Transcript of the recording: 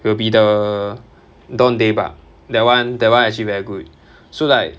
will be the Don Dae Bak that [one] that [one] actually very good so like